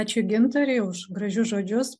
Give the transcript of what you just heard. ačiū gintarei už gražius žodžius